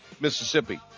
Mississippi